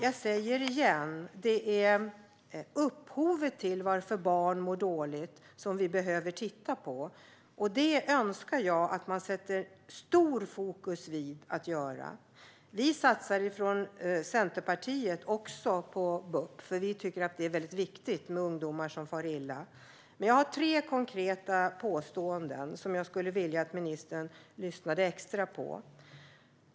Jag säger det igen: Det är upphovet till att barn mår dåligt som vi behöver titta på, och det önskar jag att man sätter stort fokus på att göra. Vi i Centerpartiet satsar också på BUP, för vi tycker att det är viktigt för ungdomar som far illa. Men jag har tre konkreta påståenden som jag skulle vilja att ministern lyssnar extra noga på.